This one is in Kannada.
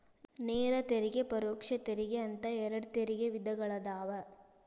ನೇರ ತೆರಿಗೆ ಪರೋಕ್ಷ ತೆರಿಗೆ ಅಂತ ಎರಡ್ ತೆರಿಗೆ ವಿಧಗಳದಾವ